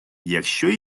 якщо